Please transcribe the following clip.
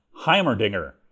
Heimerdinger